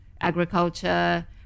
agriculture